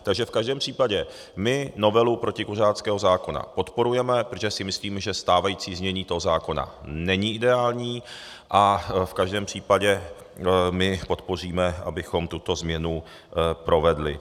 Takže v každém případě my novelu protikuřáckého zákona podporujeme, protože si myslíme, že stávající znění toho zákona není ideální, a v každém případě podpoříme, abychom tuto změnu provedli.